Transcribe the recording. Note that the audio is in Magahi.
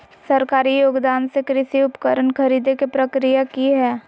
सरकारी योगदान से कृषि उपकरण खरीदे के प्रक्रिया की हय?